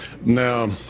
Now